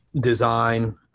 design